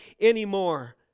anymore